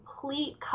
complete